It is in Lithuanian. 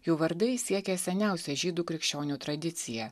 jų vardai siekia seniausią žydų krikščionių tradiciją